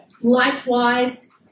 Likewise